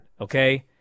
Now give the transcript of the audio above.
okay